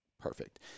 Perfect